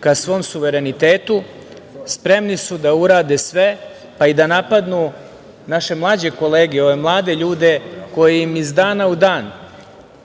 ka svom suverenitetu, spremni su da urade sve, pa i da napadnu naše mlađe kolege, ove mlade ljude koje im iz dana u dan